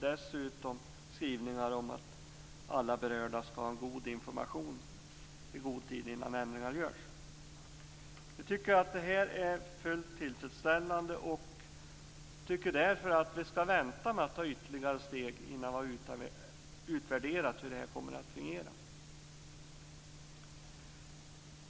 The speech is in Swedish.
Dessutom har vi skrivningar om att alla berörda skall ha bra information i god tid innan ändringar görs. Vi tycker att det här är fullt tillfredsställande och att vi därför skall vänta med att ta ytterligare steg innan vi har utvärderat hur det här kommer att fungera.